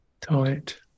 tight